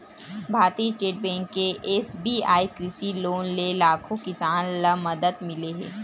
भारतीय state bank के SBI कृषि लोन ले लाखो किसान ल मदद मिले हे